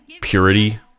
purity